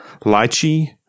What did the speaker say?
Lychee